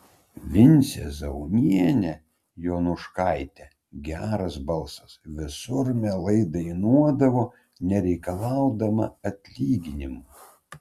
vincė zaunienė jonuškaitė geras balsas visur mielai dainuodavo nereikalaudama atlyginimo